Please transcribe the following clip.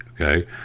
okay